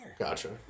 Gotcha